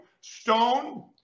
STONE